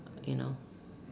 okay no